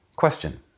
Question